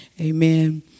Amen